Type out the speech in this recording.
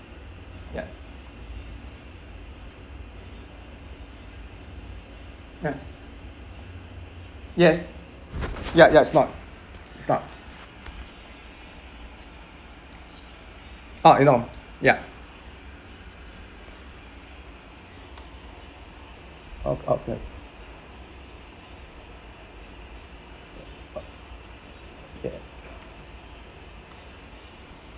ya ya yes ya ya it's not it's not not you know ya up up right so up ya